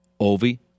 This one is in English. Ovi